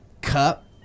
cup